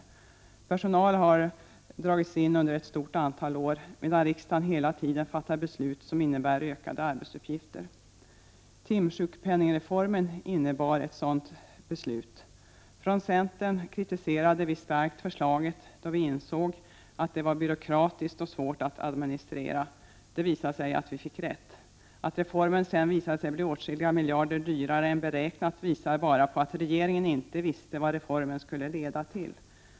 Under ett stort antal år har inga ändringar skett beträffande personal, medan riksdagen hela tiden fattar beslut som innebär ökade arbetsuppgifter. Timsjukpenningreformen innebar ett sådant beslut. Vi från centern kritiserade starkt förslaget, då vi insåg att det var byråkratiskt och svårt att administrera. Det visade sig att vi fick rätt. Att reformen sedan visade sig bli åtskilliga miljarder dyrare än beräknat bevisar bara att regeringen inte visste vad reformen skulle leda till.